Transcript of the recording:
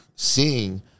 seeing